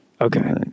Okay